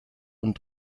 und